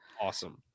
Awesome